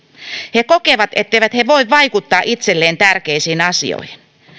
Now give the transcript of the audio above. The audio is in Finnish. he kokevat etteivät he voi vaikuttaa itselleen tärkeisiin asioihin